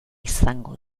izango